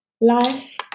life